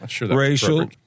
racial